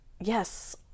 yes